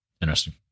Interesting